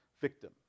victim